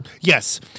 Yes